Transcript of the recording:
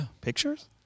pictures